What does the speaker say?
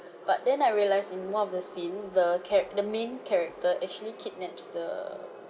but then I realise in one of the scene the chara~ the main character actually kidnaps the